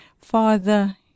Father